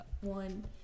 one